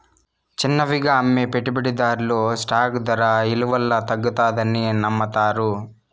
చిన్నవిగా అమ్మే పెట్టుబడిదార్లు స్టాక్ దర ఇలవల్ల తగ్గతాదని నమ్మతారు